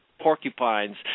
porcupines